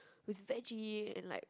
with veggie and like